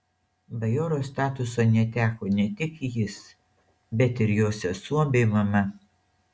bajoro statuso neteko ne tik jis bet ir jo sesuo bei mama